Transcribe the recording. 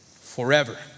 forever